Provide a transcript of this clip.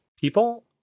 people